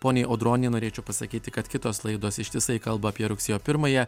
poniai audronei norėčiau pasakyti kad kitos laidos ištisai kalba apie rugsėjo pirmąją